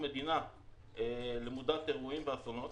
אנחנו מדינה למודת אירועים ואסונות.